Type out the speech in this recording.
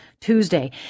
Tuesday